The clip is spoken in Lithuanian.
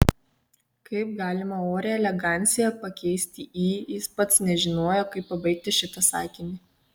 kaip galima orią eleganciją pakeisti į jis pats nežinojo kaip pabaigti šitą sakinį